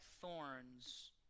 thorns